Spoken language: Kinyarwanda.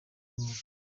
buhoro